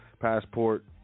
Passport